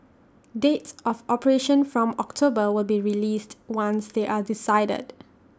dates of operation from October will be released once they are decided